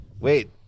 Wait